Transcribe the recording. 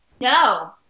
No